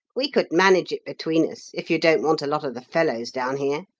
we could manage it between us, if you don't want a lot of the fellows down here.